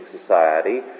society